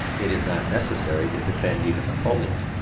it is not necessary to defend even napoleon,